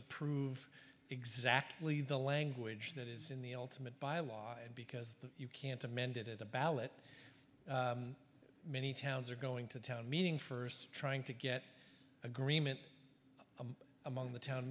approve exactly the language that is in the ultimate by law and because you can't amend it at the ballot many towns are going to town meeting first trying to get agreement among the town